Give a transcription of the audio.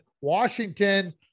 Washington